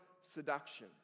seduction